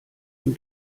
ihn